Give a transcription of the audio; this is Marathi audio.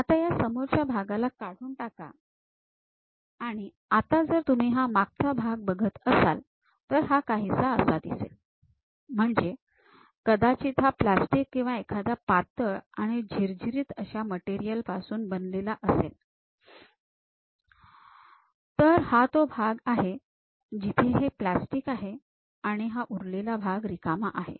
आता या समोरच्या भागाला काढून टाका आणि आता जर तुम्ही हा मागचा भाग बघत असाल तर तर हा काहीसा असा दिसेल म्हणजे कदाचित हा प्लास्टिक किंवा एखाद्या पातळ आणि झिरझिरीत अशा मटेरियल पासून बनलेला असेल तर हा तो भाग आहे जिथे हे प्लास्टिक आहे आणि उरलेला भाग हा रिकामा आहे